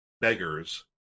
beggars